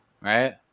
Right